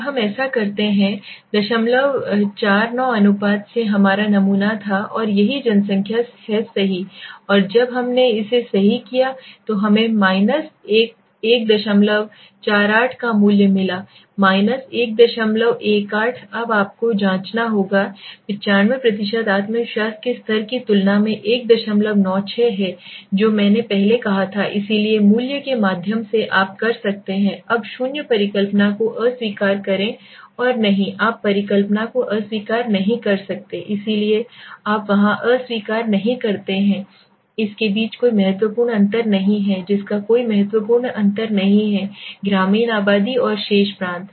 अब हम ऐसा करते हैं 49 अनुपात से हमारा नमूना था और यही जनसंख्या है सही और जब हमने इसे सही किया तो हमें 148 का मूल्य मिला 118 अब आपको जांचना होगा 95 आत्मविश्वास के स्तर की तुलना में 196 है जो मैंने पहले कहा था इसलिए मूल्य के माध्यम से आप कर सकते हैं अब शून्य परिकल्पना को अस्वीकार करें और नहीं आप परिकल्पना को अस्वीकार नहीं कर सकते इसलिए आप वहां अस्वीकार नहीं करते हैं इसके बीच कोई महत्वपूर्ण अंतर नहीं है जिसका कोई महत्वपूर्ण अंतर नहीं है ग्रामीण आबादी और शेष प्रांत